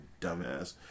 dumbass